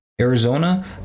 Arizona